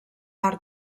art